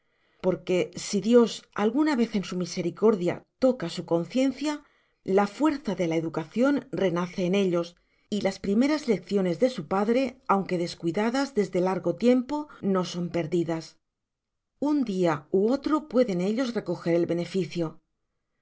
porque si dios alguna vez en su misericordia toca su conciencia la fuerza de la educacion renace en ellos y las primeras lecciones de su padre aunque descuidadas desde largo tiempo no sou perdidas un dia ú otro pueden ellos recoger el beneficio